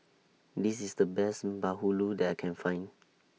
This IS The Best Bahulu that I Can Find